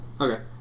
Okay